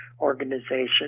Organization